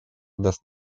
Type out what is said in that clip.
даст